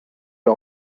wir